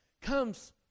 comes